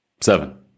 Seven